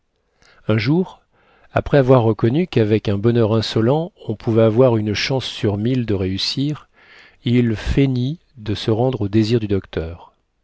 un jour après avoir reconnu qu'avec un bonheur insolent on pouvait avoir une chance sur mille de réussir il feignit de se rendre aux désirs du docteur